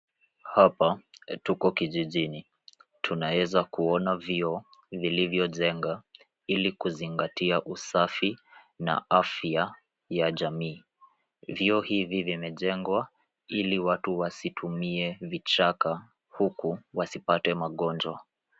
Hapa tuko kijijini tunaweza kuona vyoo vilivyojenga ili kuzingatia usafi na afya ya jamii. Vyoo hivi vimejengwa ili watu wasitumie vichaka huku wasipate magonjwa.